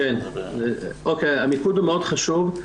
המיקוד מאוד חשוב.